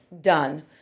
done